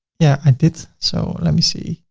yeah i did. so let me see.